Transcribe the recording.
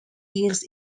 years